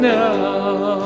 now